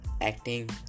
acting